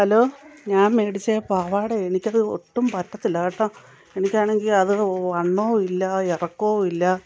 hello ഞാൻ മേടിച്ച പാവാട എനിക്കത് ഒട്ടും പറ്റത്തില്ല കേട്ടോ എനിക്കാണെങ്കിൽ അതു വണ്ണവുമില്ല ഇറക്കവുമില്ല